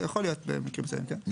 יכול להיות במקרים מסוימים, כן.